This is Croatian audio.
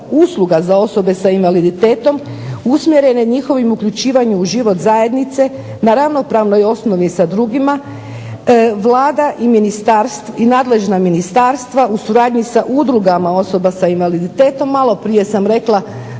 usluga za osobe sa invaliditetom usmjeren je njihovim uključivanjem u život zajednice na ravnopravnoj osnovi sa drugima. Vlada i nadležna ministarstva u suradnji sa udrugama osoba s invaliditetom, malo prije sam rekla